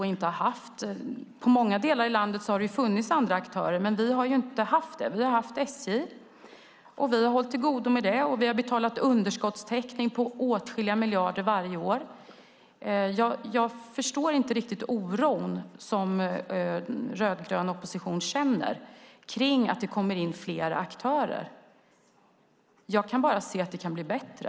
I många delar av landet har det funnits andra aktörer, men där har vi inte haft det. Vi har haft SJ, och vi har hållit till godo med det. Och vi har betalat för underskottstäckning med åtskilliga miljarder varje år. Jag förstår inte riktigt oron som den rödgröna oppositionen känner för att det kommer in fler aktörer. Jag kan bara se att det kan bli bättre.